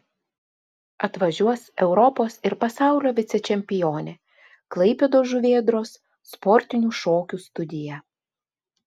atvažiuos europos ir pasaulio vicečempionė klaipėdos žuvėdros sportinių šokių studija